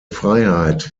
freiheit